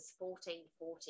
1440